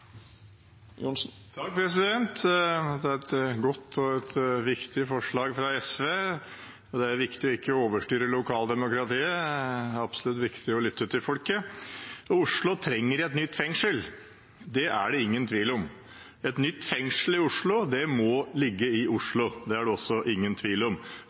SV, og det er viktig ikke å overstyre lokaldemokratiet. Det er absolutt viktig å lytte til folket. Oslo trenger et nytt fengsel. Det er det ingen tvil om. Et nytt fengsel i Oslo må ligge i Oslo – det er det også ingen tvil om.